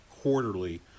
quarterly